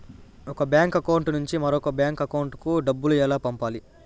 ఒక bank account నుంచి మరొక బ్యాంకు అకౌంట్ కు డబ్బు ఎలా పంపాలి